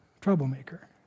Troublemaker